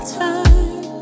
time